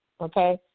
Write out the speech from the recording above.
okay